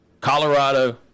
Colorado